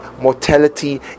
mortality